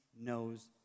knows